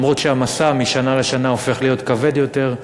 למרות שהמשא משנה לשנה הופך להיות כבד יותר.